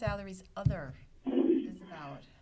salaries other hours